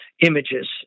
images